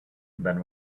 than